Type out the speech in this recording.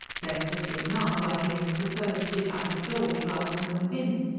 plain to see now, why he had preferred to sit out-of-doors rather than within!